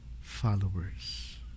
followers